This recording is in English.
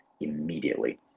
immediately